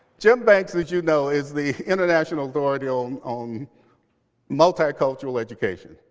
jim banks, as you know, is the international authority on on multicultural education.